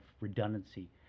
redundancy